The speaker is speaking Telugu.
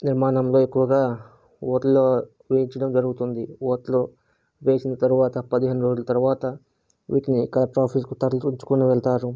నిర్మాణంలో ఎక్కువగా కూడా ఓట్లు వేయించడం జరుగుతుంది ఓట్లు వేసిన తరువాత పదిహేను రోజుల తరువాత వీటిని కలెక్టర్ ఆఫీస్కి తరలించుకోని వెళ్తారు